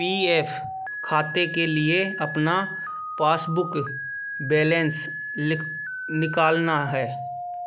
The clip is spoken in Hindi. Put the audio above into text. पी अफ खाते के लिए अपना पासबुक बैलेंस निकालना है